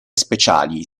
speciali